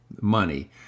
money